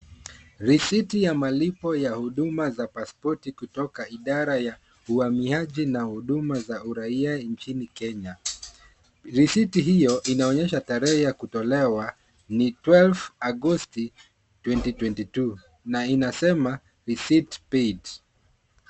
Risiti ya malipo ya huduma za pasipoti, kutoka idara ya uhamiaji na huduma za raia nchini Kenya. Risiti hiyo inaonyesha tarehee ya kutolewa, 12/8/2022, na inasema receipt paid .